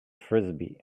frisbee